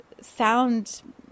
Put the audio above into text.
sound